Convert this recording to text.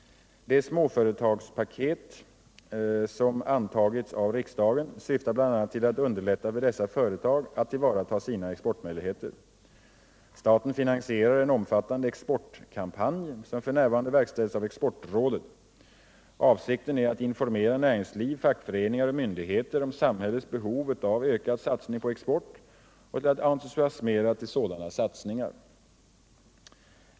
Det småföretagspaket som antagits av riksdagen syftar bl.a. till att underlätta för dessa företag att tillvarata sina exportmöjligheter. Staten finansierar en omfattande exportkampanj som f. n. verkställs av Exportrådet. Avsikten är att informera näringsliv, fackföreningar och myndigheter om samhällets behov av ökad satsning på export och att entusiasmera till sådana satsningar.